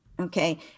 Okay